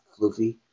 floofy